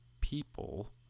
people